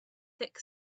thick